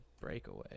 Breakaway